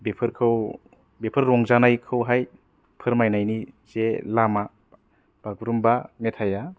फोरखौ बेफोर रंजानाय फोरखौहाय फोरमायनायनि जे लामा बागुरुमबा मेथाइ आ